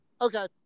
okay